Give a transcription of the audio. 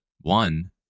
one